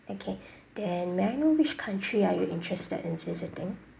okay then may I know which country are you interested in visiting